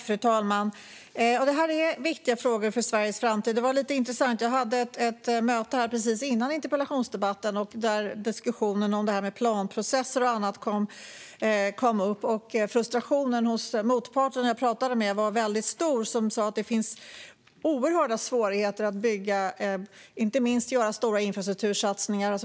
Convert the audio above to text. Fru talman! Det här är viktiga frågor för Sveriges framtid. Jag hade intressant nog ett möte precis före interpellationsdebatten där diskussionen om bland annat planprocesser kom upp. Frustrationen hos den jag talade med var väldigt stor. Man sa att svårigheterna att bygga var oerhört stora, inte minst vad gäller stora infrastruktursatsningar.